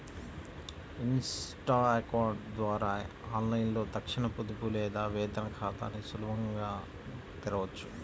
Insta account ద్వారా ఆన్లైన్లో తక్షణ పొదుపు లేదా వేతన ఖాతాని సులభంగా తెరవొచ్చు